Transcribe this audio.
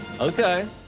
Okay